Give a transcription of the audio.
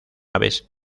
aves